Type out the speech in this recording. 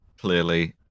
clearly